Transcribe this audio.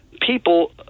people